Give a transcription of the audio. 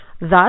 Thus